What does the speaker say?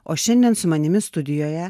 o šiandien su manimi studijoje